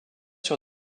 sur